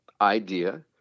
idea